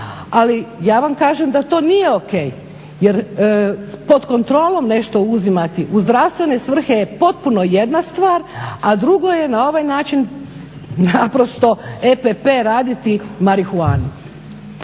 Ali, ja vam kažem da to nije ok jer pod kontrolom nešto uzimati u zdravstvene svrhe je potpuno jedna stvar, a drugo je na ovaj način naprosto epp raditi marihuani.